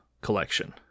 Collection